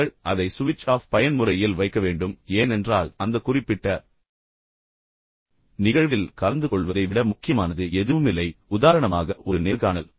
நீங்கள் அதை சுவிட்ச் ஆஃப் பயன்முறையில் வைக்க வேண்டும் ஏனென்றால் அந்த குறிப்பிட்ட நிகழ்வில் கலந்துகொள்வதை விட முக்கியமானது எதுவுமில்லை உதாரணமாக ஒரு நேர்காணல்